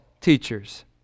teachers